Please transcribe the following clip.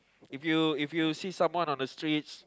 if you if you see someone on the streets